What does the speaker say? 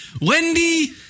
Wendy